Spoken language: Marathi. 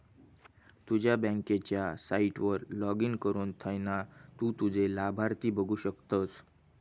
तुझ्या बँकेच्या साईटवर लाॅगिन करुन थयना तु तुझे लाभार्थी बघु शकतस